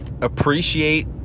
appreciate